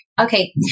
Okay